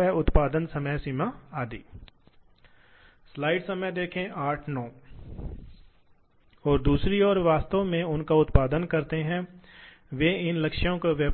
तो काम का टुकड़ा यह दिखाता है आम तौर पर यह दिखाता है यह दिखाता है कि आंदोलन कैसे बनाया जाता है इसलिए घुमाव है रोटेशन वास्तव में